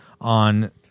on